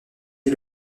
est